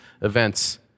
events